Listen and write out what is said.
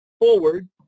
forward